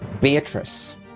Beatrice